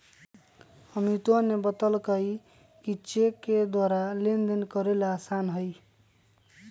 अमितवा ने बतल कई कि चेक के द्वारा लेनदेन करे ला आसान हई